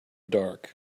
dark